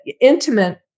intimate